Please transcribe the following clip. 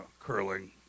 curling